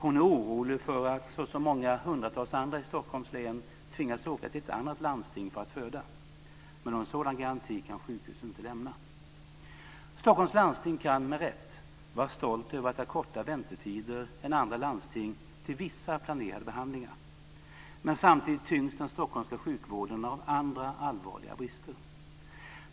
Hon är orolig för att, såsom många hundratals andra i Stockholms län, tvingas åka till ett annat landsting för att föda. Men någon sådan garanti kan sjukhuset inte lämna. Stockholms läns landsting kan med rätta vara stolt över att ha kortare väntetider än andra landsting till vissa planerade behandlingar. Men samtidigt tyngs den stockholmska sjukvården av andra allvarliga brister.